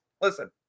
listen